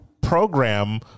program